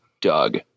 Doug